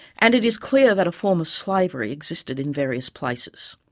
and it is clear that a form of slavery existed in various places.